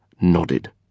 nodded